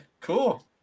Cool